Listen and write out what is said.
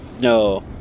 No